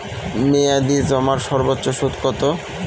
মেয়াদি জমার সর্বোচ্চ সুদ কতো?